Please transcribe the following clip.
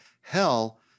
hell